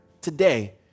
today